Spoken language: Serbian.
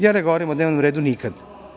Ja ne govorim o dnevnom redu nikad.